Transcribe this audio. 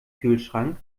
kühlschrank